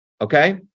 okay